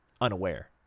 unaware